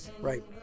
Right